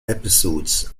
episodes